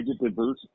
vegetables